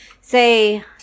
say